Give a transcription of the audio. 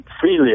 freely